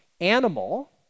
animal